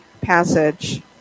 passage